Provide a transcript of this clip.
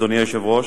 אדוני היושב-ראש,